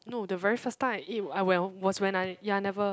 no the very first time I eat I well was when I ya never